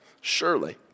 surely